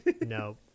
No